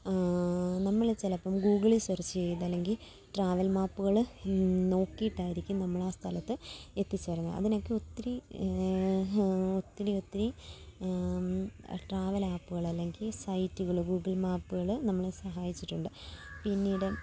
നമ്മൾ ചിലപ്പം ഗൂഗിളിൽ സേർച്ച് ചെയ്ത് അല്ലെങ്കിൽ ട്രാവൽ മാപ്പുകൾ നോക്കിയിട്ടായിരിക്കും നമ്മൾ ആ സ്ഥലത്ത് എത്തിച്ചേർന്നത് അതിനൊക്കെ ഒത്തിരി ഒത്തിരി ഒത്തിരി ട്രാവൽ ആപ്പുകൾ അല്ലെങ്കിൽ സൈറ്റുകൾ ഗൂഗിൾ മാപ്പുകൾ നമ്മളെ സഹായിച്ചിട്ടുണ്ട് പിന്നീട്